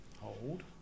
Hold